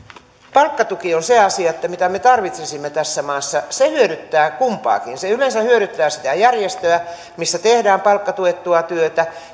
palkkatuki on se asia mitä me tarvitsisimme tässä maassa se hyödyttää kumpaakin se yleensä hyödyttää sitä järjestöä missä tehdään palkkatuettua työtä